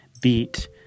beat